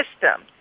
system